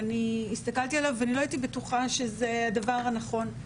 הסתכלתי עליו ולא הייתי בטוחה שזה הדבר הנכון.